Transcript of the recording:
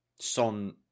Son